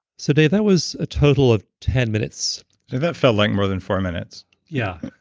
so, dave, that was a total of ten minutes that felt like more than four minutes yeah.